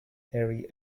harry